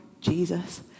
Jesus